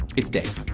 it's dave.